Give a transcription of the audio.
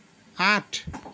আঠ